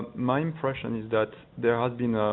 my impressions that there have been ah.